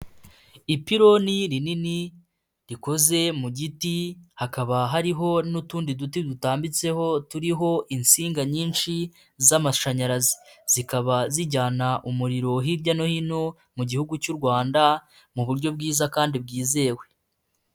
Ipiloni rinini rikoze mu giti, hakaba hariho n'utundi duti dutambitseho turiho insinga nyinshi z'amashanyarazi. Zikaba zijyana umuriro hirya no hino mu gihugu cy'u rwanda, mu buryo bwiza kandi bwizewe.